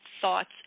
thoughts